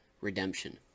redemption